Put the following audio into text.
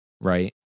Right